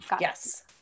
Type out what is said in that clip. Yes